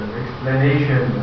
explanation